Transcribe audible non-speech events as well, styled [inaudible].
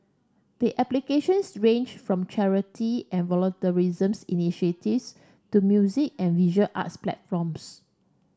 the applications ranged from charity and [unintelligible] initiatives to music and visual arts platforms